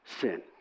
sin